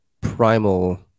primal